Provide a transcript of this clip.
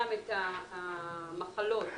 שישנן המחלות הנפוצות,